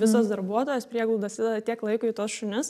visos darbuotojos prieglaudos įdeda tiek laiko į tuos šunis